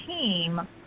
team